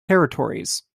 territories